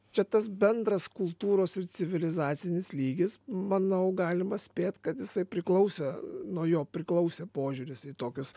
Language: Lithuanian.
čia tas bendras kultūros ir civilizacinis lygis manau galima spėt kad jisai priklausė nuo jo priklausė požiūris į tokius